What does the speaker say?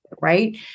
right